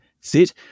sit